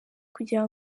kugira